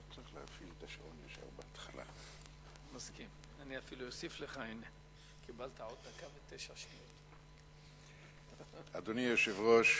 אדוני היושב-ראש,